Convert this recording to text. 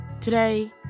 Today